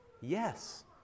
Yes